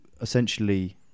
essentially